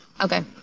Okay